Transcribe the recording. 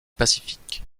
pacifique